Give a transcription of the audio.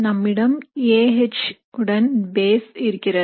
நம்மிடம் A H உடன் base இருக்கிறது